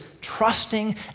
trusting